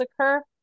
occur